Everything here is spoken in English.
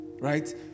right